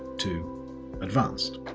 to advanced.